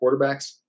quarterbacks